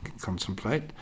contemplate